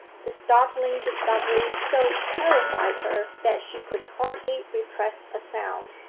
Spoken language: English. the startling discovery so terrified her that she could hardly repress a sound.